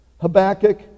Habakkuk